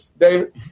David